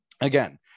again